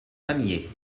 pamiers